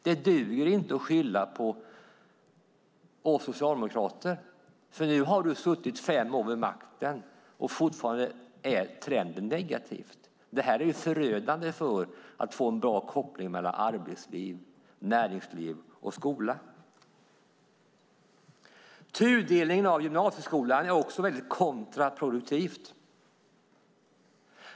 Det duger inte att skylla på oss socialdemokrater, för nu har du suttit i fem år vid makten och fortfarande är trenden negativ. Det här är förödande för att få en bra koppling mellan arbetsliv, näringsliv och skola. Tudelningen av gymnasieskolan är också väldigt kontraproduktiv.